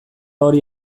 hori